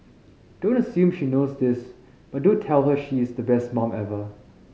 don't assume she knows this but do tell her she is the best mum ever